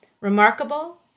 remarkable